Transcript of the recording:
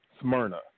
Smyrna